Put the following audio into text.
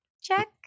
check